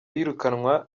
iyirukanwa